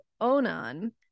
onan